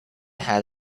had